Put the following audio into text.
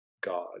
God